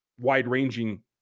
wide-ranging